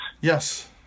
Yes